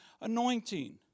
anointing